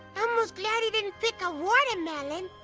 elmo's glad he didn't pick a watermelon.